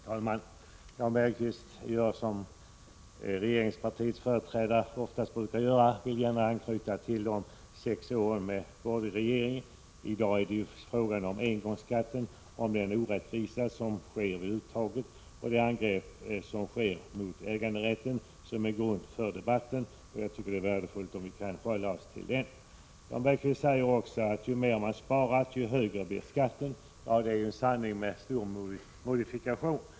Herr talman! Jan Bergqvist gör som regeringspartiets företrädare oftast brukar göra; de vill gärna anknyta till de sex åren med borgerlig regering. I dag är det detta orättvisa uttag av en engångsskatt och angreppen mot äganderätten som är grund för debatten. Det är värdefullt om vi kan hålla oss till de frågorna. Jan Bergqvist säger att ju mer man sparar, desto högre blir skatten. Det är en sanning med stor modifikation.